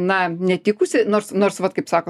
na netikusi nors nors vat kaip sako